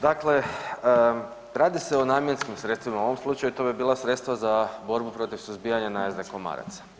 Dakle radi se o namjenskim sredstvima, u ovom slučaju to bi bila sredstva za borbu protiv suzbijanja najezde komaraca.